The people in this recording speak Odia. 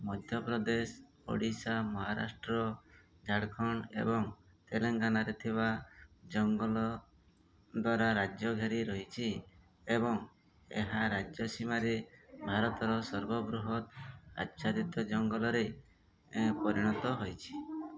ମଧ୍ୟପ୍ରଦେଶ ଓଡ଼ିଶା ମହାରାଷ୍ଟ୍ର ଝାଡ଼ଖଣ୍ଡ ଏବଂ ତେଲେଙ୍ଗାନାରେ ଥିବା ଜଙ୍ଗଲ ଦ୍ୱାରା ରାଜ୍ୟ ଘେରି ରହିଛି ଏବଂ ଏହା ରାଜ୍ୟ ସୀମାରେ ଭାରତର ସର୍ବବୃହତ ଆଚ୍ଛାଦିତ ଜଙ୍ଗଲରେ ପରିଣତ ହେଇଛି